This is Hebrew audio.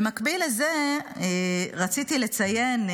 במקביל לזה רציתי לציין,